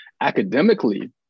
academically